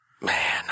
Man